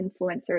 influencers